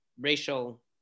racial